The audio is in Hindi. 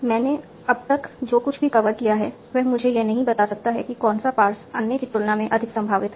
मैंने अब तक जो कुछ भी कवर किया है वह मुझे यह नहीं बता सकता है कि कौन सा पार्स अन्य की तुलना में अधिक संभावित है